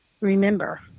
Remember